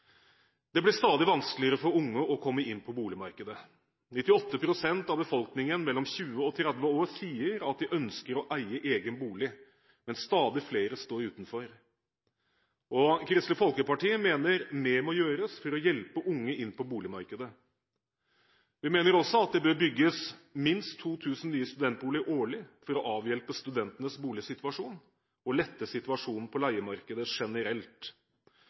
Det blir stadig vanskeligere for unge å komme inn på boligmarkedet. 98 pst. av befolkningen mellom 20 og 30 år sier at de ønsker å eie egen bolig, men stadig flere står utenfor. Kristelig Folkeparti mener mer må gjøres for å hjelpe unge inn på boligmarkedet. Vi mener også at det bør bygges minst 2 000 nye studentboliger årlig for å avhjelpe studentenes boligsituasjon og lette situasjonen på leiemarkedet generelt.